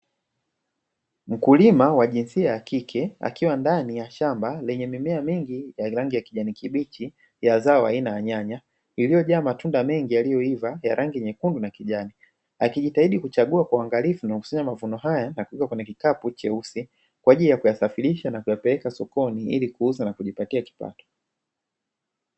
Mkulima wa jinsia ya kike akiwa ndani ya shamba lenye mimea mingi ya rangi ya kijani kibichi ya zao aina ya nyanya, iliyojaa matunda mengi yaliyoiva ya rangi ya nyekundu na kijani. Akijitahidi kuchagua kwa uangalifu na kukusanya mavuno haya na kuweka kwenye kikapu cheusi, kwa ajili ya kuyasafirisha na kuyapeleka sokoni ili kuuza na kujipatia kipato.